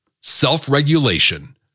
self-regulation